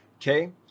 Okay